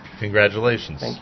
congratulations